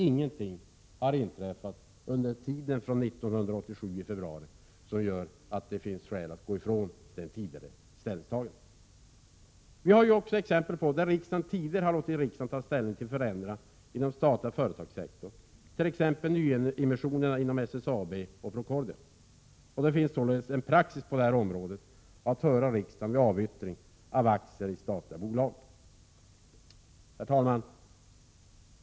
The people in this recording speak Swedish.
Ingenting har inträffat sedan februari 1987 som gör att det finns skäl att gå ifrån tidigare ställningstagande. Det finns ju exempel på att regeringen har låtit riksdagen ta ställning till förändringar inom den statliga företagssektorn — t.ex. nyemissionerna inom SSAB och Procordia. Det är således praxis på området att höra riksdagen vid avyttring av aktier i statliga bolag. Herr talman!